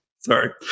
sorry